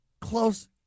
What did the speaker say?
close